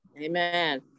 Amen